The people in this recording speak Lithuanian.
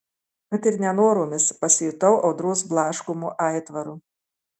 kad ir nenoromis pasijutau audros blaškomu aitvaru